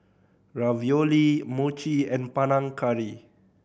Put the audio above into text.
Ravioli Mochi and Panang Curry